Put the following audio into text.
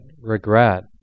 regret